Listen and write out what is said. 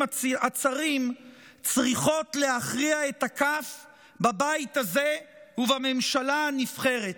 הצרים צריכות להכריע את הכף בבית הזה ובממשלה הנבחרת.